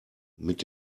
mit